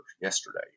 yesterday